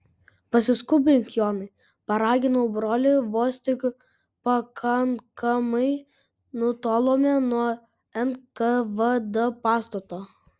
pasiskubink jonai paraginau brolį vos tik pakankamai nutolome nuo nkvd pastato